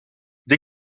des